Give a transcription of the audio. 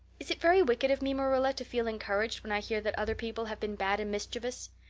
is it very wicked of me, marilla, to feel encouraged when i hear that other people have been bad and mischievous?